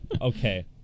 okay